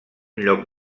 lloc